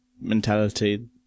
mentality